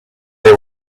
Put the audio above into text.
they